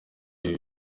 ibi